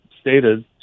stated